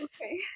Okay